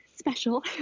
Special